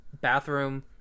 bathroom